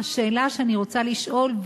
השאלה שאני רוצה לשאול,